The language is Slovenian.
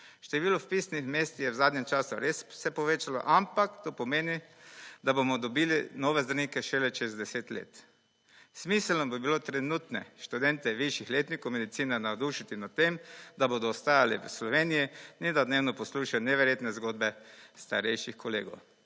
Število vpisnih mest je v zadnjem času res se povečalo, ampak to pomeni, da bomo dobili nove zdravnike šele čez deset let. Smiselno bi bilo trenutne študente višjih letnikov medicine navdušiti nad tem, da bodo ostali v Sloveniji, ne da dnevno poslušajo neverjetne zgodbe starejših kolegov.